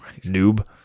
noob